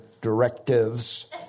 directives